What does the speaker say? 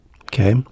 Okay